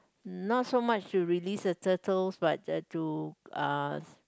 not so much to release the turtles but uh to uh